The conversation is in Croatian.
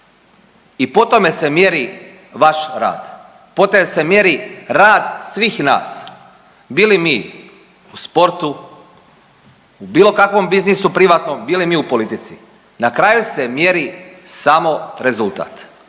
I po tome se mjeri vaš rat. Po tome se mjeri rad svih nas. Bili mi u sportu, u bilo kakvom biznisu privatnom, bili mi u politici. Na kraju se mjeri samo rezultat,